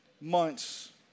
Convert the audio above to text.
months